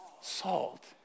salt